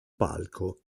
palco